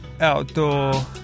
outdoor